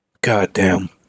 Goddamn